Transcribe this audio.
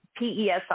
PESI